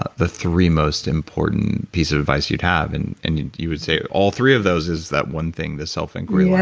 ah the three most important piece of advice you'd have and and you would say, all three of those is that one thing, the self inquiry one? yeah.